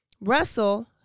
Russell